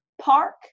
Park